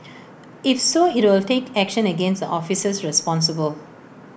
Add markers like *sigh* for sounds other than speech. *noise* if so IT will take action against the officers responsible